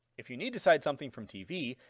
if you need to cite something from tv,